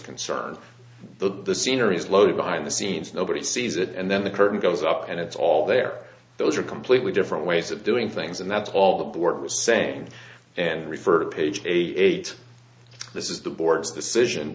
concerned the scenery is low behind the scenes nobody sees it and then the curtain goes up and it's all there those are completely different ways of doing things and that's all the board was saying and refer to page eighty eight this is the board